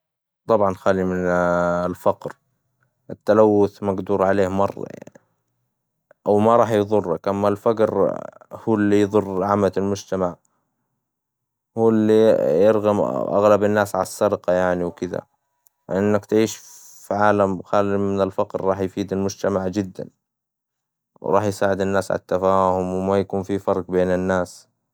طبعاً خالي من الفقر، التلوث مقدور عليه مرة، أو ما راح يظرك، أما الفجر هو إللي راح يظر عامة المجتمع، واللي ي- يرغم أغلب الناس على السرقة يعني وكدا، إنك تعيش في عالم خالي من الفقر راح يفيد المجتمع جداً، وراح يساعد الناس عالتفهم، وما يكون فيه فرق بين الناس.